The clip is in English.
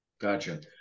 Gotcha